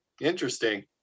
interesting